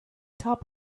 top